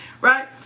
right